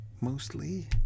mostly